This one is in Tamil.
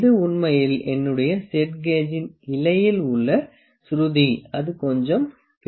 இது உண்மையில் என்னுடைய செட் கேஜின் இலையில் உள்ள சுருதி அது கொஞ்சம் பெரியது